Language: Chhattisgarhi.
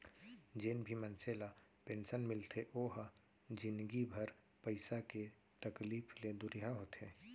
जेन भी मनसे ल पेंसन मिलथे ओ ह जिनगी भर पइसा के तकलीफ ले दुरिहा होथे